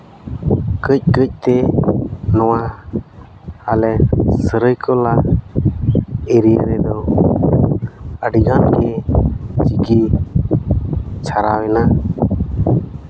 ᱠᱟᱹᱡ ᱠᱟᱹᱡ ᱛᱮ ᱱᱚᱣᱟ ᱟᱞᱮ ᱥᱟᱹᱨᱟᱹᱭᱠᱮᱞᱞᱟ ᱮᱨᱤᱭᱟ ᱨᱮᱫᱚ ᱟᱹᱰᱤᱜᱟᱱ ᱜᱮ ᱪᱤᱠᱤ ᱪᱷᱟᱨᱟᱣ ᱮᱱᱟ